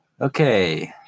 Okay